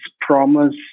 promise